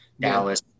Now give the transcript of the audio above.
Dallas